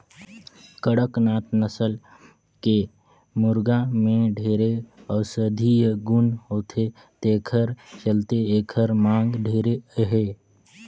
कड़कनाथ नसल के मुरगा में ढेरे औसधीय गुन होथे तेखर चलते एखर मांग ढेरे अहे